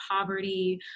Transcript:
poverty